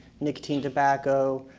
nicotine, tobacco,